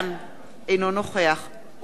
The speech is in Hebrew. אינו נוכח אורי אריאל,